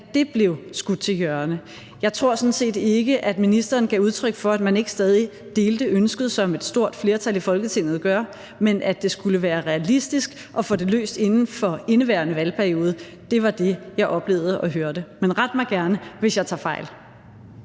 det blev skudt til hjørne. Jeg tror sådan set ikke, at ministeren gav udtryk for, at man ikke stadig delte ønsket, som et stort flertal i Folketinget gør, men at det skulle være realistisk at få det løst inden for indeværende valgperiode, var det, jeg oplevede og hørte. Men ret mig gerne, hvis jeg tager fejl.